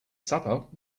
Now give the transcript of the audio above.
supper